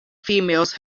females